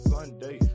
Sunday